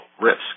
risk